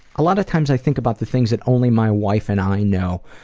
a lot of times i think about the things that only my wife and i know,